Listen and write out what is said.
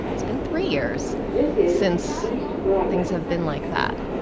it's been three years since things have been like that.